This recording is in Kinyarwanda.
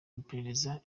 maperereza